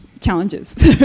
challenges